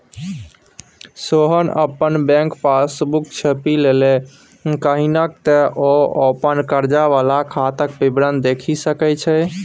सोहन अपन bank passbook छपेलनि किएक तँ ओ अपन कर्जा वला खाताक विवरण देखि सकय